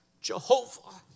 Jehovah